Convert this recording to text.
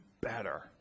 better